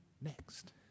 next